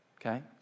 okay